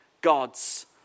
God's